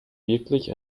wirklich